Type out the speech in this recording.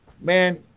man